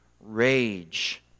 rage